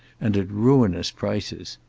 and at ruinous prices.